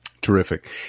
Terrific